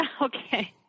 Okay